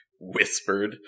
whispered